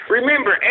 Remember